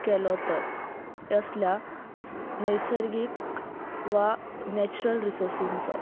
केलो तर असल्या नैसर्गीक वा नॅचरल रिसोर्सींचो